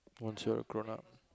once you're grown up